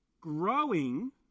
growing